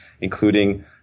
including